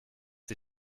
sie